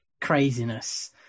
craziness